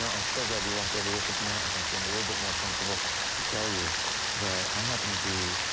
um so glad you walked over here because now i can feel a little bit more comfortable to tell you that i happen to be,